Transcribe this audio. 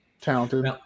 talented